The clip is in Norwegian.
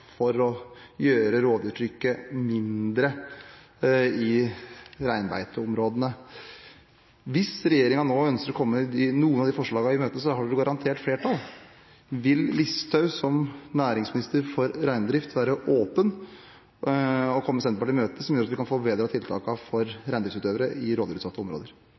for å gjøre rovdyrtrykket mindre i reinbeiteområdene. Hvis regjeringen nå ønsker å komme noen av disse forslagene i møte, har de garantert flertall. Vil Listhaug som næringsminister for reindrift være åpen og komme Senterpartiet i møte, noe som kan gjøre at vi kan få bedret tiltakene for reindriftsutøvere i rovdyrutsatte områder?